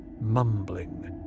mumbling